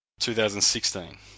2016